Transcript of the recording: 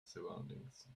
surroundings